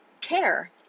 care